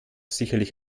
sicherlich